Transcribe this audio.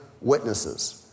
witnesses